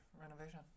renovation